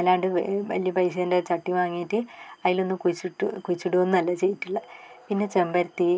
അല്ലാണ്ട് വലിയ പൈസേൻ്റെ ചട്ടി വാങ്ങിയിട്ട് അതിലൊന്നും കുഴിച്ചിട്ട് കുഴിച്ചിടുകയൊന്നുമല്ല ചെയ്തിട്ടുള്ളത് പിന്നെ ചെമ്പരത്തി